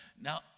Now